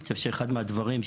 אני חושב שאחד הדברים,